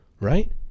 right